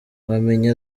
wamenya